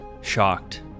shocked